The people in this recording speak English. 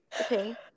okay